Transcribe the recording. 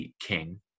king